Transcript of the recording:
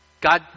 God